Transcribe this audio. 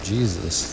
Jesus